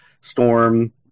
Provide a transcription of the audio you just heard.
Storm